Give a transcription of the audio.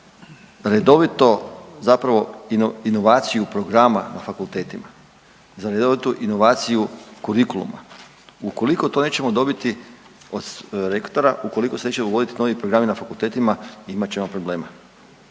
redovito zapravo inovaciju programa na fakultetima, za redovitu inovaciju kurikuluma, ukoliko to nećemo dobiti od rektora, ukoliko se neće dogoditi novi programi na fakultetima imat ćemo problema.